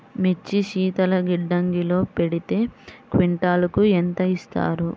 మిర్చి శీతల గిడ్డంగిలో పెడితే క్వింటాలుకు ఎంత ఇస్తారు?